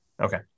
Okay